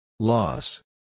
Loss